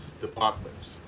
departments